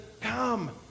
come